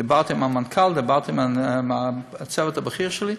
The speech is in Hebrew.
דיברתי עם המנכ"ל, דיברתי עם הצוות הבכיר שלי.